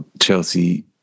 Chelsea